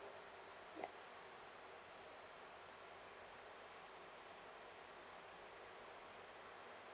ya